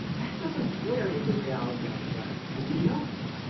that doesn't square with the reality on the ground, and we know that.